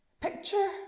picture